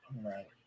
Right